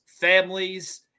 families